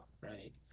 right